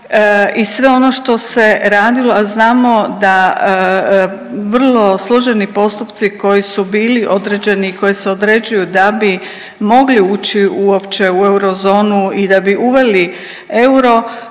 i sve ono što se radilo, a znamo vrlo složeni postupci koji su bili određeni i koji se određuju da bi mogli ući uopće u eurozonu i da bi uveli euro